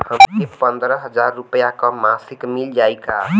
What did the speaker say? हमके पन्द्रह हजार रूपया क मासिक मिल जाई का?